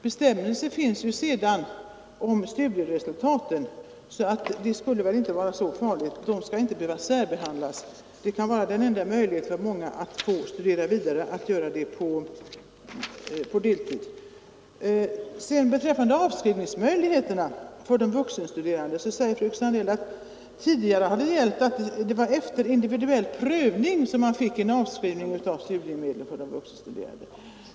Bestämmelser finns ju sedan om studieresultaten, så det skulle väl inte vara så farligt att ge de deltidsstuderande studiemedel. De skall inte behöva särbehandlas. Den enda möjligheten för många människor att studera kan vara att göra det på deltid. Beträffande avskrivningsmöjligheterna för de vuxenstuderande säger fröken Sandell att tidigare har man ”efter individuell prövning” fått en avskrivning av studiemedel för de vuxenstuderande.